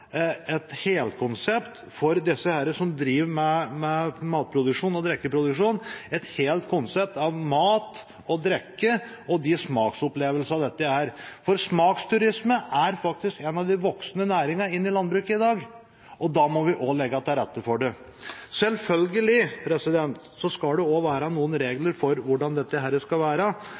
et helkonsept for disse som driver med mat- og drikkeproduksjon – et helt konsept av mat og drikke og de smaksopplevelsene som dette gir. Smaksturisme er faktisk en av de voksende næringene i landbruket i dag, og da må vi også legge til rette for det. Selvfølgelig skal det være noen regler for hvordan dette skal være,